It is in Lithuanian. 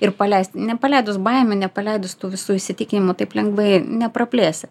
ir paleist nepaleidus baimių nepaleidus tų visų įsitikinimų taip lengvai nepraplėsi